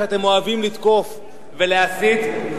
שאתם אוהבים לתקוף ולהסית בו,